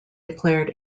declared